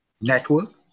Network